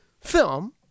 film